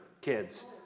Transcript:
kids